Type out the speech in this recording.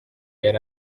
yari